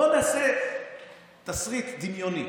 בואו נעשה תסריט דמיוני: